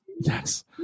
Yes